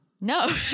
No